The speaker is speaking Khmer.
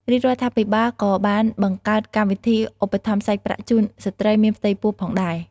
រាជរដ្ឋាភិបាលក៏បានបង្កើតកម្មវិធីឧបត្ថម្ភសាច់ប្រាក់ជូនស្ត្រីមានផ្ទៃពោះផងដែរ។